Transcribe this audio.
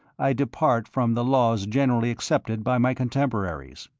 i depart from the laws generally accepted by my contemporaries.